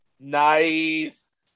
Nice